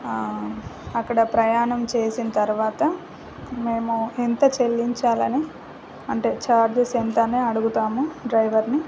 ఆ అక్కడ ప్రయాణం చేసిన తరువాత మేము ఎంత చెల్లించాలని అంటే చార్జెస్ ఎంత అని అడుగుతాము డ్రైవరుని